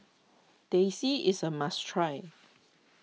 Teh C is a must try